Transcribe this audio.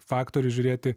faktorius žiūrėti